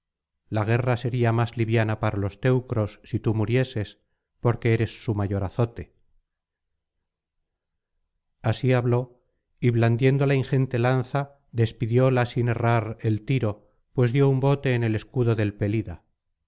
la guerra sería más liviana para los teucros si tú murieses porque eres su mayor azote así habló y blandiendo la ingente lanza despidióla sin errar el tiro pues dio un bote en el escudo del